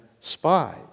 spies